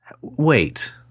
Wait